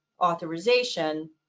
authorization